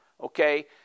Okay